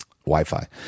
Wi-Fi